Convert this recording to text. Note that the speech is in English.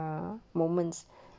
ah moment